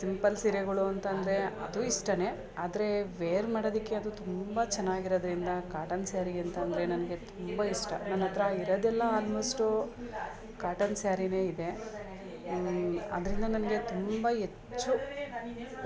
simple ಸೀರೆಗಳು ಅಂತಂದರೆ ಅದು ಇಷ್ಟವೇ ಆದರೆ ವೇರ್ ಮಾಡೋದಕ್ಕೆ ಅದು ತುಂಬ ಚೆನ್ನಾಗಿರೊದ್ರಿಂದ ಕಾಟನ್ ಸ್ಯಾರಿ ಅಂತಂದರೆ ನನಗೆ ತುಂಬ ಇಷ್ಟ ನನ್ನ ಹತ್ರ ಇರೋದೆಲ್ಲ ಆಲ್ಮೋಸ್ಟು ಕಾಟನ್ ಸ್ಯಾರಿಯೇ ಇದೆ ಅದರಿಂದ ನನಗೆ ತುಂಬ ಹೆಚ್ಚು